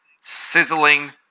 sizzling